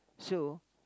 so